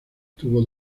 tuvo